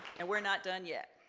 and we're not done yet.